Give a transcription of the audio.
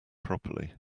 properly